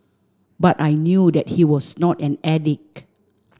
but I knew that he was not an addict